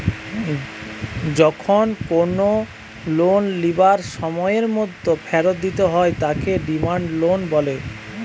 যখন কোনো লোন লিবার সময়ের মধ্যে ফেরত দিতে হয় তাকে ডিমান্ড লোন বলে